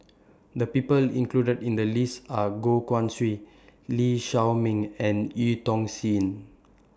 The People included in The list Are Goh Guan Siew Lee Shao Meng and EU Tong Sen